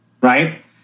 right